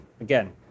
Again